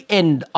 end